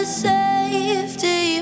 safety